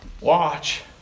Watch